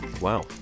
Wow